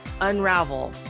unravel